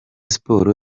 sports